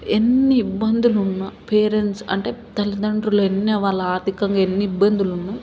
ఎన్ని ఇబ్బందులు ఉన్నా పేరెంట్స్ అంటే తల్లిదండ్రులు ఎన్ని వాళ్ళ ఆర్థికంగా ఎన్ని ఇబ్బందులు ఉన్నా